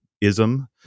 ism